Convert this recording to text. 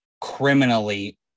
criminally